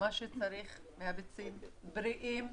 מה שצריך, יקבל ביצים בריאות,